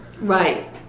Right